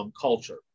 culture